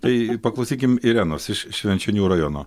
tai paklausykim irenos iš švenčionių rajono